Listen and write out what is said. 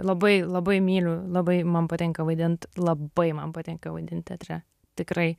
labai labai myliu labai man patinka vaidint labai man patinka vaidint teatre tikrai